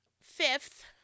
fifth